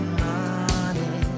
money